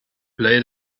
play